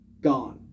Gone